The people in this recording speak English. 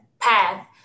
path